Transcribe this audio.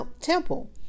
temple